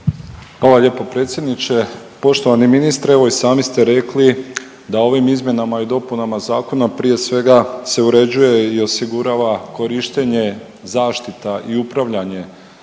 Hvala lijepa predsjedniče. Poštovani ministre, evo i sami ste rekli da ovim izmjenama i dopunama zakona prije svega se uređuje i osigurava korištenje, zaštita i upravljanje